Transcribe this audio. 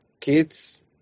kids